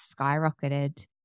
skyrocketed